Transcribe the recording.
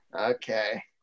Okay